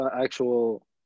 actual